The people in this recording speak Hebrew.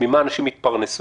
ממה אנשים יתפרנסו.